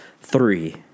three